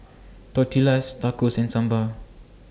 Tortillas Tacos and Sambar